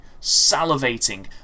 salivating